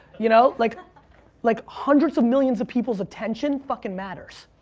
you know, like like hundreds of millions of people's attention fucking matters.